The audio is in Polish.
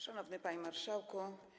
Szanowny Panie Marszałku!